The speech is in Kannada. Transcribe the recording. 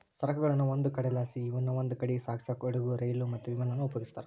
ಸರಕುಗುಳ್ನ ಒಂದು ಕಡೆಲಾಸಿ ಇನವಂದ್ ಕಡೀಗ್ ಸಾಗ್ಸಾಕ ಹಡುಗು, ರೈಲು, ಮತ್ತೆ ವಿಮಾನಾನ ಉಪಯೋಗಿಸ್ತಾರ